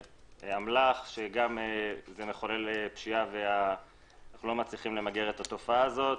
אמל"ח שמחולל פשיעה ואנחנו לא מצליחים למגר את התופעה הזאת.